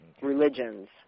religions